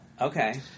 okay